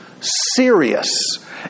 serious